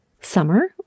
summer